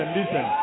listen